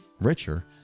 richer